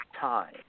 time